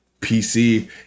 pc